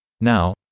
Now